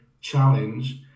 challenge